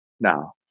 now